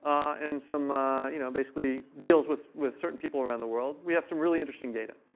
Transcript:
and some you know basically deals with with certain people around the world, we have some really interesting data.